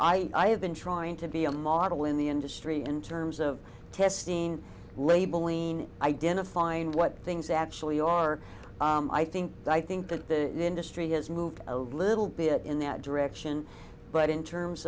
things i have been trying to be a model in the industry in terms of testing labeling identifying what things actually are i think i think that the industry has moved a little bit in that direction but in terms